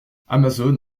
amazon